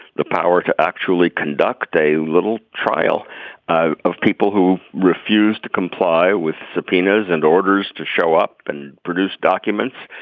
the power to actually conduct a little trial ah of people who refuse to comply with subpoenas and orders to show up and produce documents.